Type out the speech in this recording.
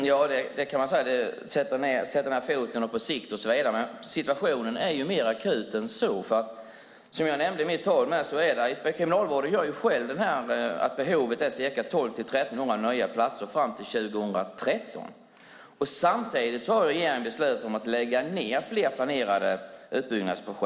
Herr talman! Man kan tala om att sätta ned foten och om att göra något på sikt, men situationen är mer akut än så. Som jag nämnde i mitt anförande gör Kriminalvården själv bedömningen att behovet är 1 200-1 300 nya platser fram till 2013. Samtidigt har regeringen beslutat att lägga ned flera planerade utbyggnadsprojekt.